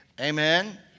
Amen